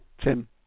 Tim